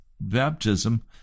baptism